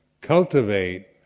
cultivate